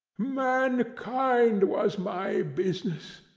mankind was my business.